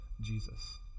Jesus